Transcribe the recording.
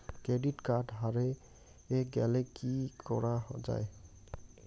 Credit card হারে গেলে কি করা য়ায়?